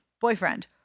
Boyfriend